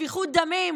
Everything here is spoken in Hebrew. בשפיכות דמים?